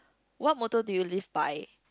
what motto do you live by